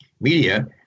media